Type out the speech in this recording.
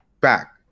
back